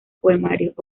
poemarios